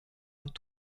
und